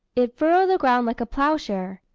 it furrowed the ground like a ploughshare.